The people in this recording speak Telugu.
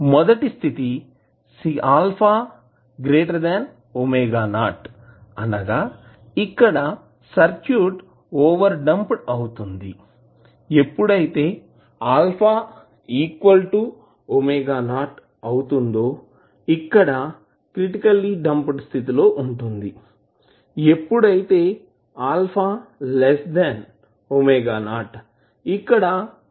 మొదటి స్థితి α⍵0 అనగా ఇక్కడ సర్క్యూట్ ఓవర్ డాంప్డ్ అవుతుంది ఎప్పుడైతే α ⍵0 ఇక్కడ క్రిటికల్లి డాంప్డ్ స్థితిలో ఉంటుంది మరియు ఎప్పుడైతే α ⍵0 ఇక్కడ అండర్ డాంప్డ్ స్థితిలో ఉంటుంది